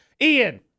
Ian